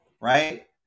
right